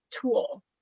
tool